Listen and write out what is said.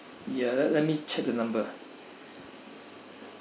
ya let let let me check the number